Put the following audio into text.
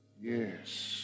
Yes